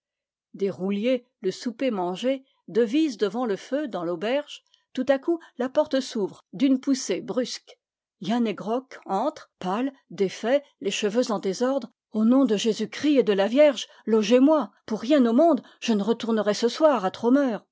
des rouliers le souper mangé devisent devant le feu dans l'auberge tout à coup la porte s'ouvre d'une poussée brusque yannhe grok entre pâle défait les cheveux en désordre au nom de jésus-christ et de la vierge logez moi pour rien au monde je ne retournerais ce soir à trômeur